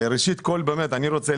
אני חושב